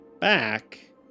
back